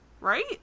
Right